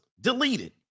deleted